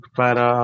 para